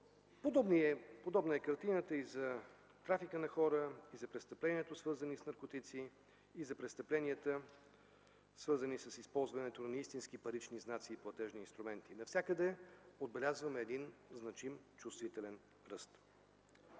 Подобна е картината и за трафика на хора, и за престъпленията, свързани с наркотици, и за престъпленията, свързани с използването на истински парични знаци и платежни инструменти – навсякъде отбелязваме значим, чувствителен ръст.